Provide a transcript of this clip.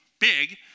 big